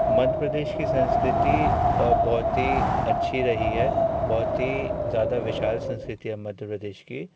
मध्य प्रदेश की संस्कृति अब बहुत ही अच्छी रही है बहुत ही ज़्यादा विशाल संस्कृति है मध्य प्रदेश की